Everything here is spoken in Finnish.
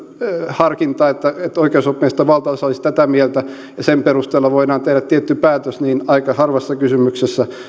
harkintaa että oikeusoppineista valtaosa olisi tätä mieltä ja sen perusteella voidaan tehdä tietty päätös niin on niin että aika harvassa kysymyksessä